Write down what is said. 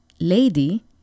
lady